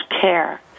care